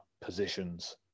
positions